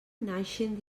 naixen